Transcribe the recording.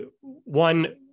one